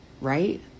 right